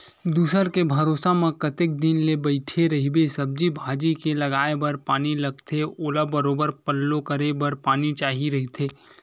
दूसर के भरोसा म कतेक दिन ले बइठे रहिबे, सब्जी भाजी के लगाये बर पानी लगथे ओला बरोबर पल्लो करे बर पानी चाही रहिथे